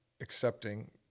accepting